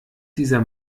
dieser